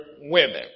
women